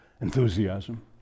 Enthusiasm